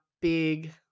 big